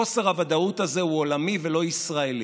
חוסר הוודאות הזה הוא עולמי ולא ישראלי.